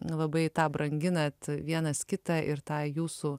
labai tą branginat vienas kitą ir tą jūsų